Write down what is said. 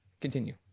Continue